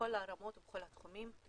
בכל הרמות ובכל התחומים.